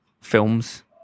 films